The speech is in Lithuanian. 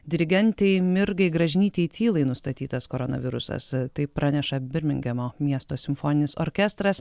dirigentei mirgai gražinyteitylai nustatytas koronavirusas tai praneša birmingemo miesto simfoninis orkestras